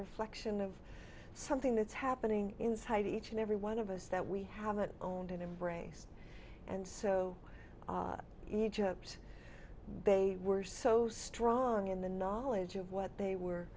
reflection of something that's happening inside each and every one of us that we haven't owned and embrace and so you joked bay were so strong in the knowledge of what they were